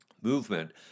movement